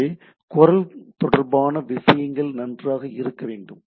எனவே குரல் தொடர்பான விஷயங்கள் நன்றாக இருக்க வேண்டும்